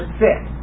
six